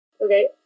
okay